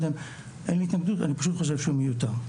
אין התנגדות אלא שאני פשוט חושב שהוא מיותר.